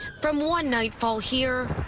from one nightfall here